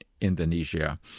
Indonesia